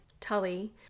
Tully